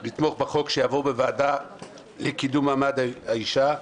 לתמוך בחוק שיעבור בוועדה לקידום מעמד האישה".